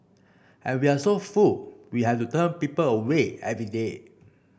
and we are so full we have to turn people away every day